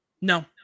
No